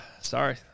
sorry